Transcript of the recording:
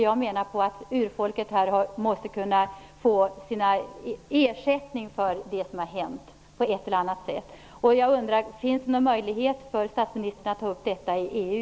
Jag menar att urbefolkningen på ett eller annat sätt måste kunna få ersättning för det som har hänt. Jag undrar om det finns någon möjlighet för statsministern att ta upp detta i EU.